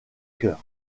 cœur